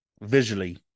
visually